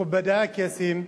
מכובדי הקייסים,